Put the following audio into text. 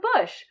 Bush